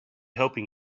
helping